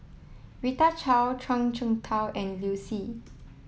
Rita Chao Zhuang Shengtao and Liu Si